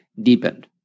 deepened